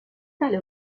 tale